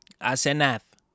Asenath